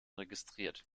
registriert